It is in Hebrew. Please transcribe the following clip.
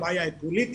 הבעיה היא פוליטית